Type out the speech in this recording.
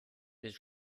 his